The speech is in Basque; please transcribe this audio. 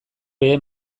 behe